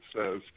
says